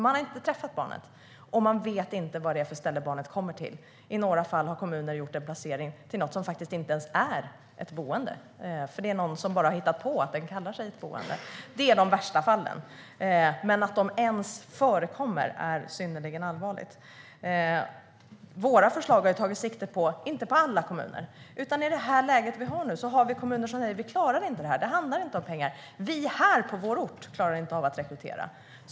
Man har inte träffat barnet, och man vet inte vad det är för ställe barnet kommer till. I några fall har kommuner gjort placeringar på ställen som inte ens är ett boende, där någon bara har hittat på att kalla det för ett boende. Det är de värsta fallen, men att det ens förekommer är synnerligen allvarligt. Våra förslag tar inte sikte på alla kommuner. Men i dagens läge har vi kommuner som säger att de inte klarar av detta. Det handlar inte om pengar, utan kommunen klarar inte av att rekrytera personal.